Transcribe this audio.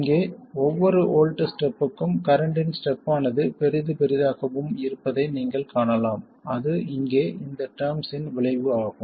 இங்கே ஒவ்வொரு வோல்ட் ஸ்டெப்க்கும் கரண்ட்டின் ஸ்டெப் ஆனது பெரிது பெரியதாகவும் இருப்பதை நீங்கள் காணலாம் அது இங்கே இந்த டெர்ம்ஸ் இன் விளைவு ஆகும்